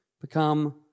become